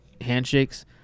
handshakes